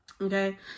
okay